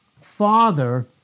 father